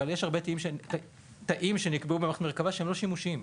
יש הרבה תאים שנקבעו במערכת מרכבה שהם לא שימושיים.